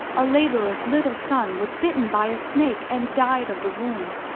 a labourer's little son was bitten by a snake and died of the wound.